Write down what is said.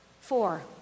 Four